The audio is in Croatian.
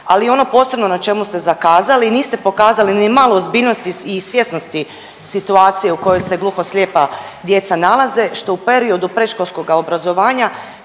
Ali ono posebno na čemu ste zakazali niste pokazali ni malo ozbiljnosti i svjesnosti situacije u kojoj se gluho-slijepa djeca nalaze što u periodu predškolskoga obrazovanja